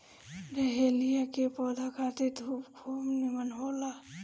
dahlia के पौधा खातिर धूप खूब निमन होला